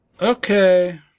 Okay